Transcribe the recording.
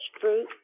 fruit